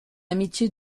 amitié